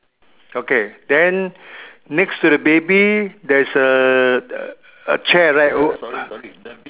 okay then next to the baby there's a a chair right oh